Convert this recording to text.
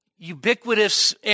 Ubiquitous